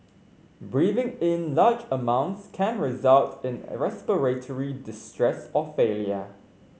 breathing in large amounts can result in respiratory distress or failure